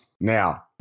Now